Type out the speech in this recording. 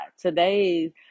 Today